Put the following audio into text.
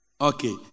Okay